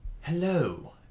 Hello